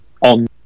on